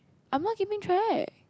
I'm not keeping track